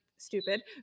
Stupid